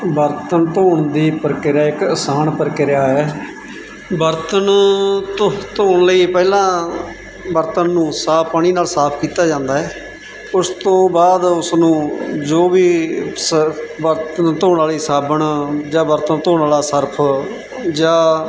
ਬਰਤਨ ਧੋਣ ਦੀ ਪ੍ਰਕਿਰਿਆ ਇੱਕ ਆਸਾਨ ਪ੍ਰਕਿਰਿਆ ਹੈ ਬਰਤਨ ਧੁਖ ਧੋਣ ਲਈ ਪਹਿਲਾਂ ਬਰਤਨ ਨੂੰ ਸਾਫ਼ ਪਾਣੀ ਨਾਲ ਸਾਫ਼ ਕੀਤਾ ਜਾਂਦਾ ਹੈ ਉਸ ਤੋਂ ਬਾਅਦ ਉਸ ਨੂੰ ਜੋ ਵੀ ਉਸ ਬਰਤਨ ਧੋਣ ਵਾਲੀ ਸਾਬਣ ਜਾਂ ਬਰਤਨ ਧੋਣ ਵਾਲਾ ਸਰਫ ਜਾਂ